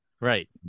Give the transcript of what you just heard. right